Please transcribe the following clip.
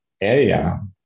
area